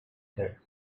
said